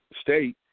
State